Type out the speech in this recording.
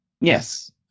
Yes